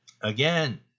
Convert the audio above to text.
again